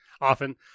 Often